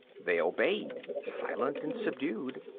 they obeyed, silent and subdued.